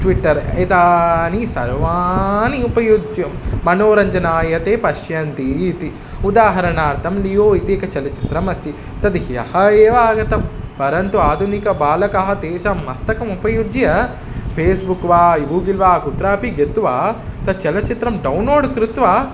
Twitter एतानि सर्वाणि उपयुज्य मनोरञ्चनाय ते पश्यन्ति इति उदाहरणार्थं लियो इति एकं चलचित्रम् अस्ति तद् ह्यः एव आगतं परन्तु आधुनिकबालकाः तेषां मस्तकम् उपयुज्य फ़ेस्बुक् वा गूगल् वा कुत्रापि गत्वा तत् चलचित्रं डौन्लोड् कृत्वा